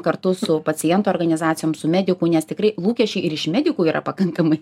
kartu su pacientų organizacijom su medikų nes tikrai lūkesčiai ir iš medikų yra pakankamai